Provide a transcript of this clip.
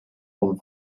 van